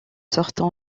sortent